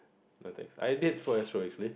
no thanks I did for astro actually